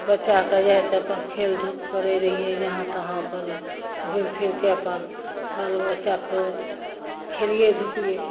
बचाकऽ जाइ तऽ अपन खेल धुप करय रहियै जहाँ तहाँ अपन घुमि फिरके अपन बालबच्चाके खेलियै धुपियै